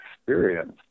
experience